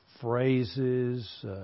phrases